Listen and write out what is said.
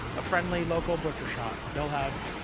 a friendly local butcher shop. they'll have.